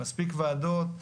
מספיק ועדות,